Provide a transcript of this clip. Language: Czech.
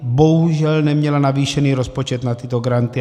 Bohužel neměla navýšený rozpočet na tyto granty.